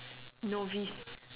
novice